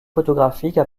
photographiques